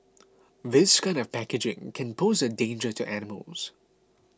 this kind of packaging can pose a danger to animals